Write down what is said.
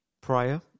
prior